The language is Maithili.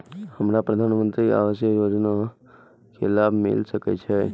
हमरा प्रधानमंत्री आवास योजना के लाभ मिल सके छे?